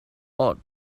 odd